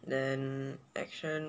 then action